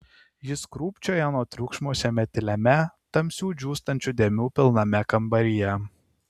jis krūpčiojo nuo triukšmo šiame tyliame tamsių džiūstančių dėmių pilname kambaryje